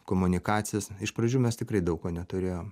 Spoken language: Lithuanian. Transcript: komunikacijas iš pradžių mes tikrai daug ko neturėjom